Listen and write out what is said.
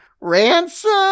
Ransom